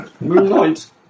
Moonlight